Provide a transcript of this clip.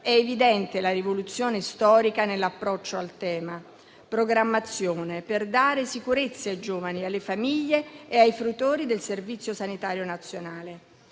È evidente la rivoluzione storica nell'approccio al tema programmazione per dare sicurezza ai giovani, alle famiglie e ai fruitori del Servizio sanitario nazionale.